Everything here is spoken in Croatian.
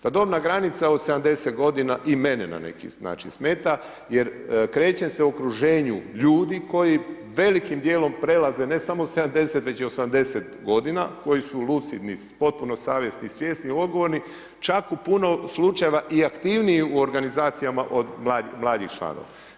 Ta dobna granica od 70 godina i mene na neki način smeta jer krećem se u okruženju ljudi koji velikim dijelom prelaze ne samo 70 već i 80 godina, koji su lucidni, potpuno savjesni i svjesni, odgovorni, čak u puno slučajeva i aktivniji u organizacijama od mlađih članova.